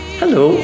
hello